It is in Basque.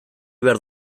behar